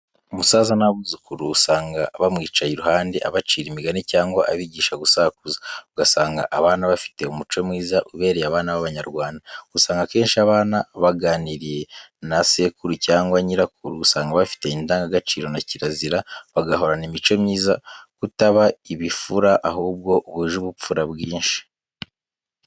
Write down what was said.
Umusaza n'abuzukuru usanga bamwicaye iruhande abacira imigani cyangwa abigisha gusakuza, ugasanga abana bafite umuco mwiza ubereye abana b'Abanyarwanda. Usanga akenshi abana baganiriye na sekuru cyangwa nyirakuru usanga bafite indangagaciro na kirazira, bagahorana imico myiza, kutaba ibifura, ahubwo buje ubupfura bwinshi.